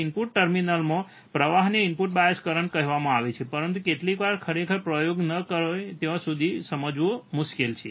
input ટર્મિનલ્સમાં પ્રવાહને input bias current કહેવામાં આવે છે પરંતુ કેટલીકવાર આપણે ખરેખર પ્રયોગ ન કરીએ ત્યાં સુધી સમજવું મુશ્કેલ છે